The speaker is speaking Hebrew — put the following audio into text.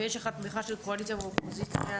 יש לך תמיכה של הקואליציה והאופוזיציה.